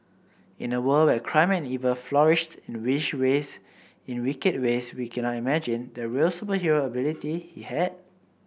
in a world where crime and evil flourished in the which in wicked ways we cannot imagine the real superhero ability he had